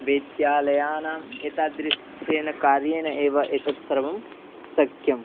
वैद्यालयानाम् एतादृशेन कार्येण एव एतत् सर्वं शक्यम्